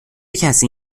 کسی